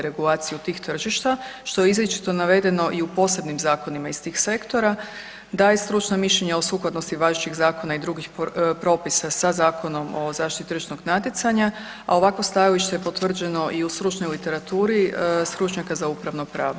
regulaciju tih tržišta, što je izričito navedeno i u posebnim zakonima iz tih sektora, daje stručno mišljenje o sukladnosti važećih zakona i drugih propisa sa Zakonom o zaštiti tržišnog natjecanja, a ovakvo stajalište je potvrđeno i u stručnoj literaturi stručnjaka za upravno pravo.